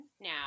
now